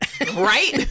right